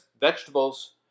vegetables